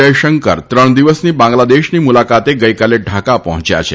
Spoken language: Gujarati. જયશંકર ત્રણ દિવસની બાંગ્લાદેશની મુલાકાતે ગઇકાલે ઢાકા પર્ફોચ્યા છે